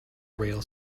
rail